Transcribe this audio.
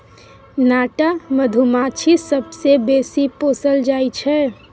नाटा मधुमाछी सबसँ बेसी पोसल जाइ छै